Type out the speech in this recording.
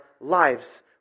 lives